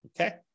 Okay